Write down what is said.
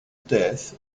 death